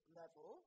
level